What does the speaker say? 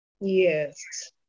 yes